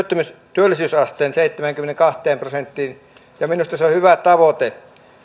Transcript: työllisyysasteen seitsemäänkymmeneenkahteen prosenttiin ja minusta se on hyvä tavoite